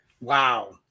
Wow